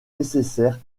nécessaires